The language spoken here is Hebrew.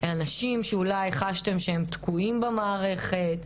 שאולי חשתם שהם תקועים במערכת,